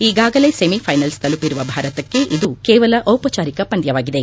ಈಗಾಗಲೇ ಸೆಮಿಫೈನಲ್ಲ್ ತಲುಪಿರುವ ಭಾರತಕ್ಕೆ ಇದು ಕೇವಲ ಚಿಪಚಾರಿಕ ಪಂದ್ಲವಾಗಿದೆ